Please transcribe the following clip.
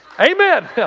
amen